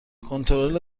کنترل